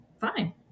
fine